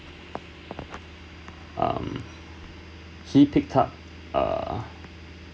um he picked up err